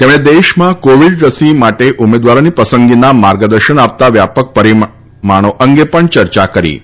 તેમણે દેશમાં કોવિડ રસી માટે ઉમેદવારોની પસંદગીના માર્ગદર્શન આપતા વ્યાપક પરિમાણો પર ચર્ચા કરી હતી